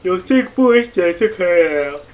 有进步一点就可以了